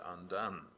undone